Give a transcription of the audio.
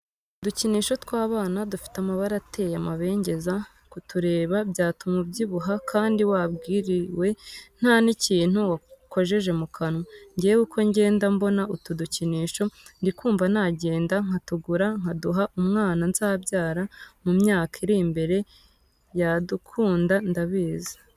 Udukinisho tw'abana dufite amabara ateye amabengeza, kutureba byatuma ubyibuha kandi wabwiriwe nta nikintu wakojeje mu kanwa. Njyewe uko ngenda mbona utu dukinisho ndi kumva nagenda nkatugura nkaduha umwana nzabyara mu myaka iri imbere yadukunda ndabizi.